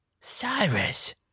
Cyrus